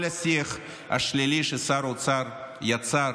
כל השיח השלילי ששר האוצר יצר